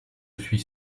suis